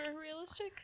realistic